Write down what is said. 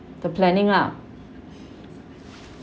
the planning lah